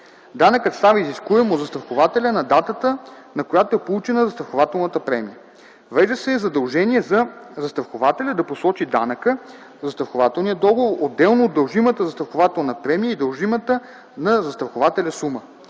Данъкът става изискуем от застрахователя на датата, на която е получена застрахователната премия. Въвежда се задължение за застрахователя да посочи данъка в застрахователния договор отделно от дължимата застрахователна премия и дължимата на застрахователя сума.